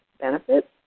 benefits